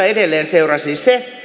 edelleen seurasi se